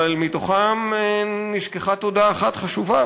אבל מתוכן נשכחה תודה אחת חשובה,